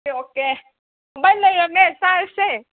okay okay bye ꯂꯩꯔꯝꯃꯦ ꯆꯥꯔꯁꯦ